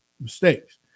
mistakes